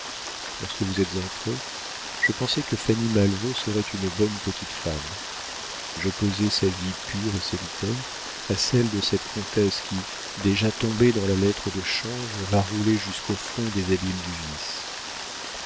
lorsque vous êtes entré je pensais que fanny malvaut serait une bonne petite femme j'opposais sa vie pure et solitaire à celle de cette comtesse qui déjà tombée dans la lettre de change va rouler jusqu'au fond des abîmes du vice